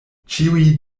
ĉiuj